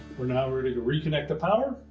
we're now ready to reconnect the power,